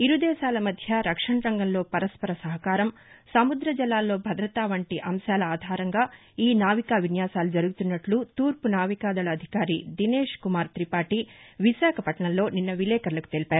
ఇరుదేశాల మధ్య రక్షణ రంగంలో పరస్పర సహకారం సముద్రజలాల్లో భద్రత వంటి అంశాల ఆధారంగా ఈ నావికావిన్యాసాలు జరుగుతున్నట్లు తూర్పునావికాదళ అధికారి దినేష్కుమార్తిపాఠి విశాఖపట్నంలో నిన్న విలేకర్లకు తెలిపారు